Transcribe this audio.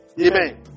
Amen